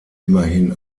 immerhin